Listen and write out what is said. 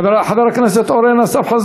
יעלה חבר הכנסת עפר שלח,